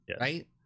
right